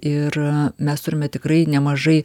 ir mes turime tikrai nemažai